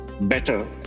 better